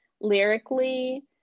lyrically